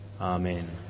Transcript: Amen